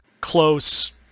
close